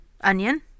onion